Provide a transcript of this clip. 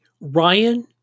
ryan